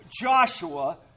Joshua